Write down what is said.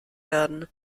werden